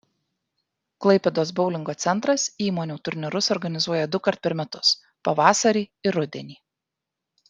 klaipėdos boulingo centras įmonių turnyrus organizuoja dukart per metus pavasarį ir rudenį